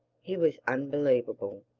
he was unbelievable.